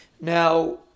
Now